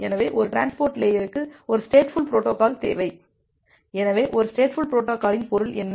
எனவே ஒரு டிரான்ஸ்போர்ட் லேயருக்கு ஒரு ஸ்டேட்புல் பொரோட்டோகால் தேவை எனவே ஒரு ஸ்டேட்புல் பொரோட்டோகாலின் பொருள் என்ன